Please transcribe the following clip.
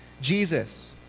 Jesus